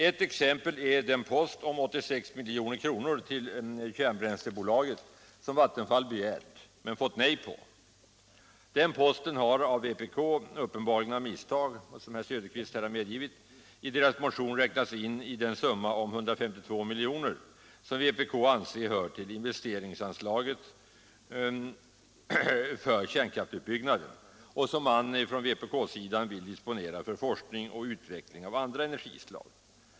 Ett exempel är att Vattenfall fått nej till de 86 milj.kr. till Kärnbränsleförsörjning som verket begärt. Den posten har av vpk i motionen uppenbarligen av misstag — det har herr Söderqvist här medgivit — räknats in i investeringsanslaget för kärnkraftsutbyggnad, som vpk därmed får till 152 milj.kr. och som vpk vill disponera för forskning om och utveckling av andra energislag.